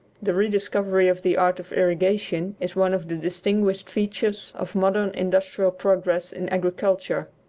the rediscovery of the art of irrigation is one of the distinguishing features of modern industrial progress in agriculture.